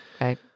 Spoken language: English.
Right